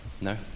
No